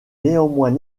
néanmoins